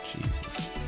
Jesus